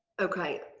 okay.